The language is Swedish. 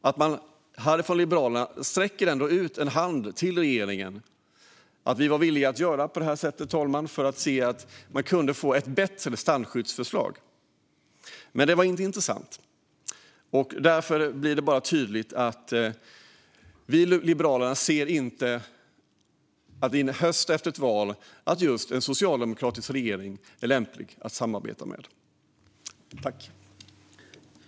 Här sträcker vi i Liberalerna ändå ut en hand till regeringen. Vi var villiga att göra på det här sättet, fru talman, för att se till att få ett bättre strandskyddsförslag. Men det var inte intressant, och därför blir det tydligt: Vi i Liberalerna ser inte att en socialdemokratisk regering är lämplig att samarbeta med efter valet i höst.